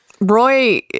Roy